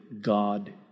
God